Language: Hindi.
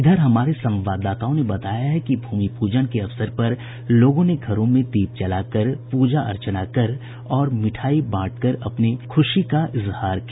इधर हमारे संवाददाताओं ने बताया है कि भूमि पूजन के अवसर पर लोगों ने घरों में दीप जलाकर प्रजा अर्चना कर और मिठाई बांटकर अपनी खुशी का इजहार किया